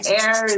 air